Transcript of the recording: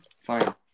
Fine